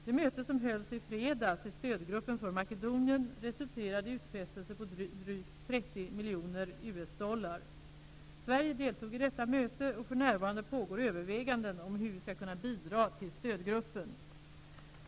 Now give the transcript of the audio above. Det möte som hölls i fredags i stödgruppen för Makedonien resulterade i utfästelser på drygt 30 miljoner US-dollar. Sverige deltog i detta möte, och för närvarande pågår överväganden om hur vi skall kunna bidra till stödgruppen.